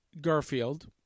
Garfield